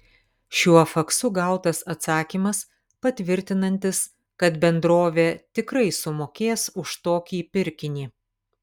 šiuo faksu gautas atsakymas patvirtinantis kad bendrovė tikrai sumokės už tokį pirkinį